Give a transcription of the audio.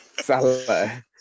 Salah